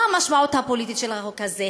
מה המשמעות הפוליטית של החוק הזה?